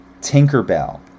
Tinkerbell